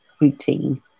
routine